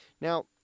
Now